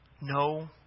No